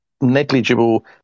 negligible